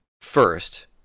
first